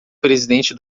presidente